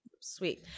Sweet